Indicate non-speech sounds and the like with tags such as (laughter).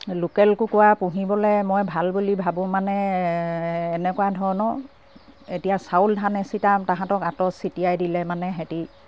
local কুকুৰা পুহিবলে মই ভাল বুলি ভাবোঁ মানে এনেকুৱা ধৰণৰ এতিয়া চাউল ধান (unintelligible) তাহাঁতক (unintelligible) ছিটিয়াই দিলে মানে সেহেঁতি